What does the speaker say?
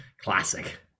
classic